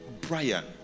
Brian